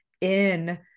in-